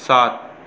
सात